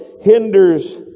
hinders